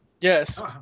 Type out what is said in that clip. Yes